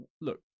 look